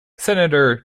senator